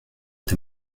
est